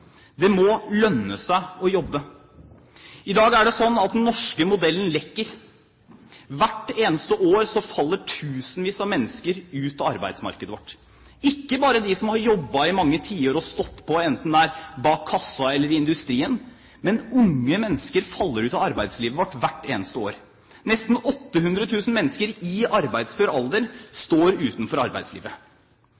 Det må lønne seg å jobbe. I dag er det slik at den norske modellen lekker. Hvert eneste år faller tusenvis av mennesker ut av arbeidsmarkedet vårt, ikke bare de som har jobbet og stått på i mange tiår, enten det er bak kassa eller i industrien, men unge mennesker faller ut av arbeidslivet vårt hvert eneste år. Nesten 800 000 mennesker i arbeidsfør alder